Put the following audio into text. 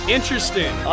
Interesting